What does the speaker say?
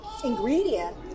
ingredient